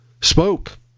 spoke